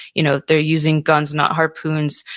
you know they're using guns, not harpoons.